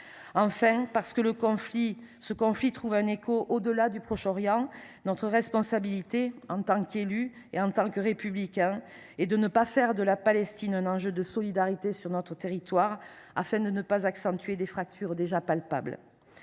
Enfin, parce que ce conflit trouve un écho au delà du Proche Orient, notre responsabilité, en tant qu’élus républicains, est de ne pas faire de la Palestine un enjeu de solidarité sur notre territoire, afin de ne pas accentuer des fractures déjà palpables.